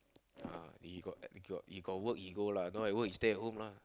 uh he got he got work he go lah don't have work he stay at home lah